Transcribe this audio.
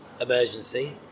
emergency